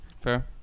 Fair